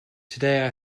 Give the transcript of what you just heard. today